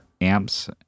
amps